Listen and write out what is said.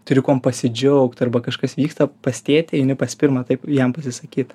turi kuom pasidžiaugt arba kažkas vyksta pas tėtį eini pas pirmą taip jam pasisakyt